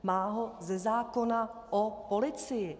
Má ho ze zákona o policii.